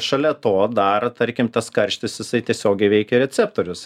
šalia to dar tarkim tas karštis jisai tiesiogiai veikia receptorius